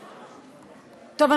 טוב,